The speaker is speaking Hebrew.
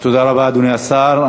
תודה רבה, אדוני השר.